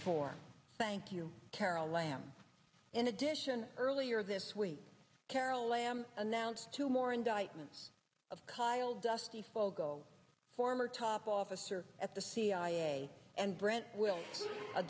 four thank you carol lam in addition earlier this week carol lam announced two more indictments of kyle dusty foggo former top officer at the cia and brant wil